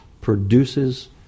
produces